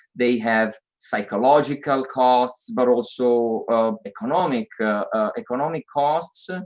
they have psychological costs, but also um economic economic costs.